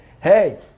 Hey